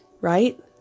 Right